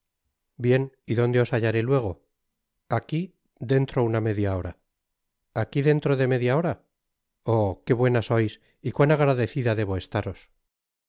bien y dónde os hallaré luego aqui dentro una meüia hora aqui dentro de media hora oh qué buena sois y cuán agradecida debo eslaros